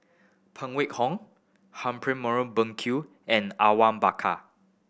Phan Wait Hong Humphrey Morrison Burkill and Awang Bakar